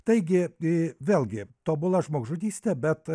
taigi vėlgi tobula žmogžudystė bet